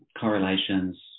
correlations